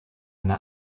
eine